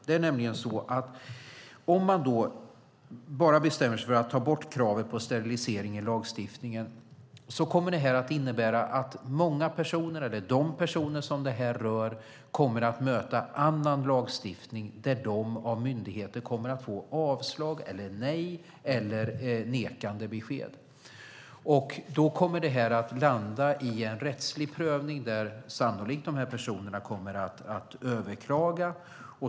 Det är nämligen så att om man bara bestämmer sig för att ta bort kravet på sterilisering i den här lagstiftningen kommer det att innebära att de personer som det här rör kommer att möta annan lagstiftning där de av myndigheter kommer att få avslag eller ett nekande besked. Då kommer det här att landa i en rättslig prövning där de här personerna sannolikt kommer att överklaga.